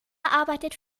arbeitet